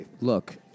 look